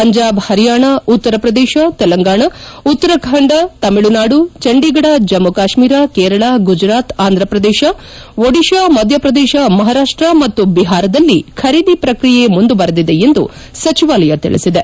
ಪಂಜಾಬ್ ಪರಿಯಾಣ ಉತ್ತರ ಪ್ರದೇಶ ತೆಲಂಗಾಣ ಉತ್ತರಾಖಂಡ ತಮಿಳುನಾಡು ಚಂಡೀಗಢ ಜಮ್ಮ ಕಾತ್ನೀರ ಕೇರಳ ಗುಜರಾತ್ ಆಂಧ್ರಪ್ರದೇಶ ಒಡಿಶಾ ಮಧ್ಯಪ್ರದೇಶ ಮಹಾರಾಪ್ಷ ಮತ್ತು ಬಿಹಾರದಲ್ಲಿ ಖರೀದಿ ಪ್ರಕ್ರಿಯೆ ಮುಂದುವರೆದಿದೆ ಎಂದು ಸಚಿವಾಲಯ ತಿಳಿಸಿದೆ